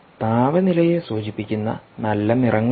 താപനിലയെ സൂചിപ്പിക്കുന്ന നല്ല നിറങ്ങളുണ്ട്